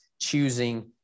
choosing